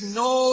no